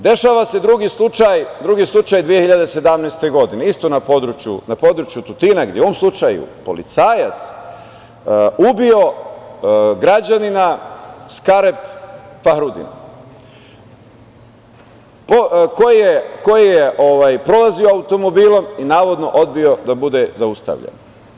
Dešava se drugi slučaj 2017. godine, isto na području Tutina, gde je u ovom slučaju policajac ubio građanina Skarep Fahrudin, koji je prolazio automobilom i navodno odbio da bude zaustavljen.